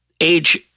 Age